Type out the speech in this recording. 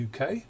UK